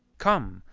come,